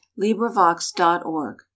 LibriVox.org